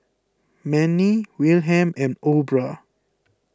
Mannie Wilhelm and Aubra